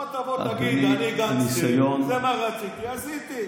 לפחות תבוא תגיד: אני גנגסטר, זה מה רציתי, עשיתי.